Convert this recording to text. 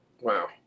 Wow